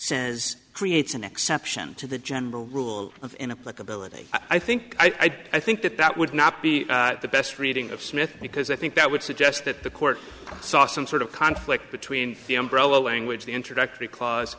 says creates an exception to the general rule of likability i think i think that that would not be the best reading of smith because i think that would suggest that the court saw some sort of conflict between the umbrella language the introductory cla